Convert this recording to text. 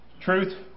truth